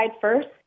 first